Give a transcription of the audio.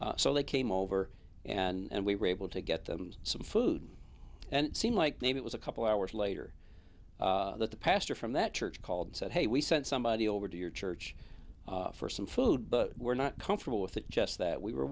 so they came over and we were able to get them some food and it seemed like maybe it was a couple hours later that the pastor from that church called said hey we sent somebody over to your church for some food but we're not comfortable with it just that we were